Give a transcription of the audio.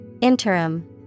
Interim